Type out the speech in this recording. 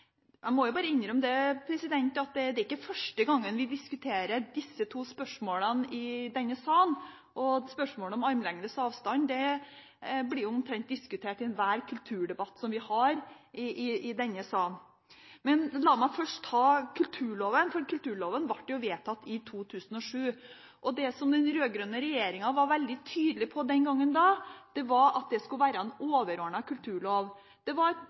Jeg må bare innrømme at det er ikke første gang vi diskuterer disse to spørsmålene i denne salen, og spørsmålet om armlengdes avstand blir diskutert i omtrent enhver kulturdebatt vi har i denne salen. La meg først ta kulturloven. Den ble vedtatt i 2007, og det den rød-grønne regjeringa var veldig tydelig på den gang, var at det skulle være en overordnet kulturlov. Det var